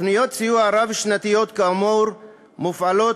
תוכניות סיוע רב-שנתיות כאמור מופעלות